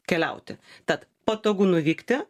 keliauti tad patogu nuvykti